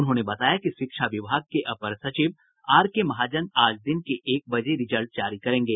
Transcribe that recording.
उन्होंने बताया कि शिक्षा विभाग के अपर सचिव आर के महाजन आज दिन के एक बजे रिजल्ट जारी करेंगे